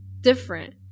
different